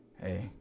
Hey